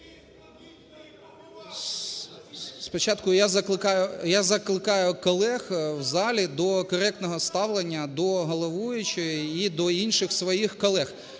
Спочатку я закликаю колег в залі до коректного ставлення до головуючої і до інших свої колег.